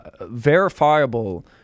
verifiable